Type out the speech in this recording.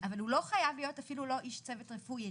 אבל הוא לא חייב להיות אפילו לא איש צוות רפואי,